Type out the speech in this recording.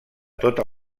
tota